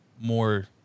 more